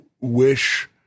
wish